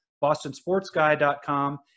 BostonSportsGuy.com